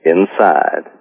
Inside